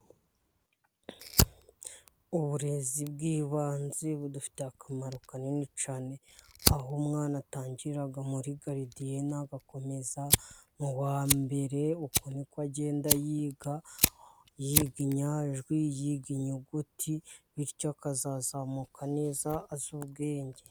Uburezi bw'ibanze budufitetiye akamaro kanini cyane, aho umwana atangira muri garidiyene agakomeza uwa mbere. Uku niko agenda yiga, yiga inyajwi, yiga inyuguti, bityo akazazamuka neza azi ubwenge.